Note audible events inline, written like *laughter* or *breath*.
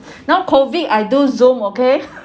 *breath* now COVID I do zoom okay